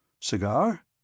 Cigar